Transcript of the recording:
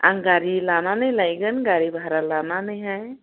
आं गारि लानानै लायगोन गारि भारा लानानैहाय